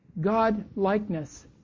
God-likeness